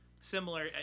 similar –